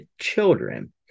Children